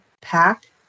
pack